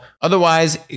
Otherwise